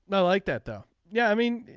and i like that though. yeah. i mean